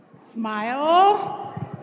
Smile